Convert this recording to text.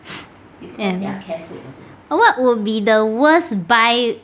what would be the worst buy